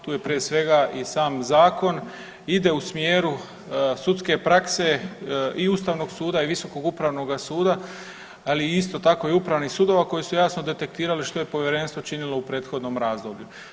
Tu je prije svega i sam zakon ide u smjeru sudske prakse i Ustavnog suda i Visokog upravnoga suda, ali isto tako i upravnih sudova koji su jasno detektirali što je povjerenstvo činilo u prethodnom razdoblju.